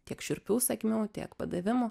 tiek šiurpių sakmių tiek padavimų